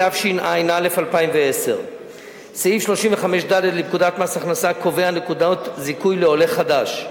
התשע"א 2011. סעיף 35(ד) לפקודת מס הכנסה קובע נקודות זיכוי לעולה חדש.